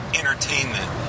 entertainment